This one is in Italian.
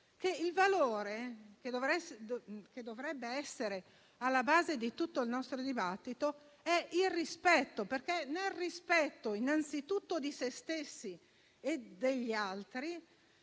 il valore che dovrebbe essere alla base di tutto il nostro dibattito è il rispetto, perché in quello innanzitutto di se stessi e degli altri